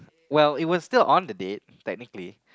well it was still on the date technically